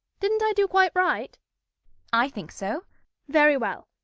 didn't i do quite right i think so very well.